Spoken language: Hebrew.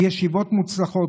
ישיבות מוצלחות,